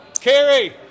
Carrie